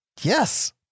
yes